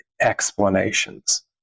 explanations